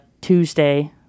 Tuesday